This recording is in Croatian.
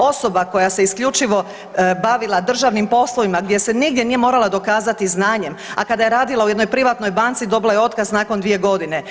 Osoba koja se isključivo bavila državnim poslovima gdje se nigdje nije mogla dokazati znanjem, a kada je radila u jednoj privatnoj banci dobila je otkaz nakon dvije godine.